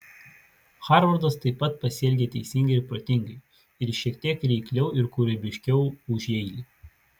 harvardas taip pat pasielgė teisingai ir protingai ir šiek tiek reikliau ir kūrybiškiau už jeilį